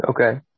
Okay